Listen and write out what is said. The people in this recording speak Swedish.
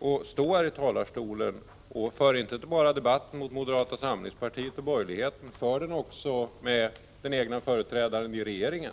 och stå inte här i talarstolen och för debatten bara mot moderata samlingspartiet och borgerligheten utan också mot den egna företrädaren i regeringen!